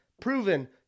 proven